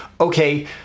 okay